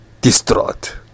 distraught